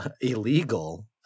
illegal